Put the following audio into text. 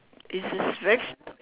this is a very